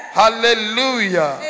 hallelujah